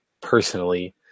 personally